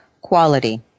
quality